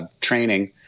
training